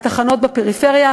התחנות בפריפריה,